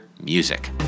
music